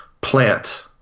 plant